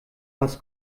was